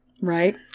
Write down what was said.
right